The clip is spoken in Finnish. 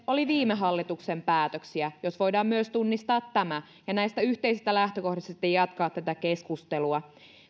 olivat viime hallituksen päätöksiä jos voidaan tunnistaa myös tämä ja näistä yhteisistä lähtökohdista sitten jatkaa tätä keskustelua